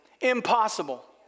Impossible